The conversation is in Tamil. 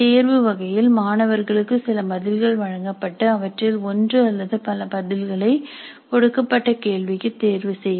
தேர்வு வகையில் மாணவர்களுக்கு சில பதில்கள் வழங்கப்பட்டு அவற்றில் ஒன்று அல்லது பல பதில்களை கொடுக்கப்பட்ட கேள்விக்கு தேர்வு செய்வர்